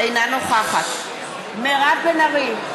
אינה נוכחת מירב בן ארי,